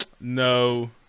no